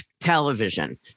television